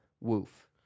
woof